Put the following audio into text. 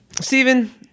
Stephen